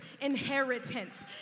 inheritance